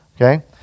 Okay